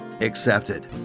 accepted